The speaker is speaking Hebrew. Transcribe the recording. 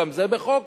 גם זה בחוק,